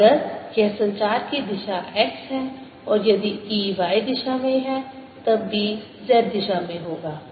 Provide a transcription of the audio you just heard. तो अगर यह संचार की दिशा x है और यदि E y दिशा में है तब B z दिशा में होगा